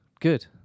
Good